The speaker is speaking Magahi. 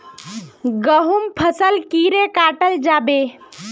गहुम फसल कीड़े कटाल जाबे?